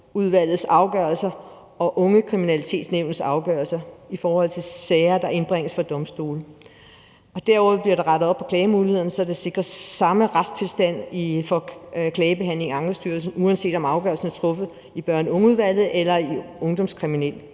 unge-udvalgets afgørelser og Ungekriminalitetsnævnets afgørelser i forhold til sager, der indbringes for domstole. Derudover bliver der rettet op på klagemuligheden, så der sikres samme retstilstand for klagebehandling i Ankestyrelsen, uanset om afgørelsen er truffet i Børn og unge-udvalget eller i Ungdomskriminalitetsnævnet.